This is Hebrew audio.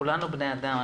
כולנו בני אדם,